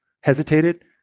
hesitated